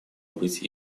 быть